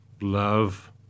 love